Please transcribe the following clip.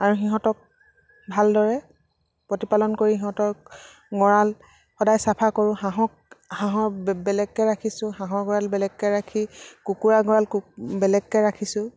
আৰু সিহঁতক ভালদৰে প্ৰতিপালন কৰি সিহঁতক গঁৰাল সদায় চাফা কৰো হাঁহক হাঁহৰ বেলেগকৈ ৰাখিছো হাঁহৰ গঁৰাল বেলেগকৈ ৰাখি কুকুৰা গঁৰাল কু বেলেগকৈ ৰাখিছোঁ